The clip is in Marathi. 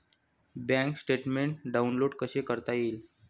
बँक स्टेटमेन्ट डाउनलोड कसे करता येईल?